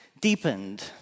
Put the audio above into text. deepened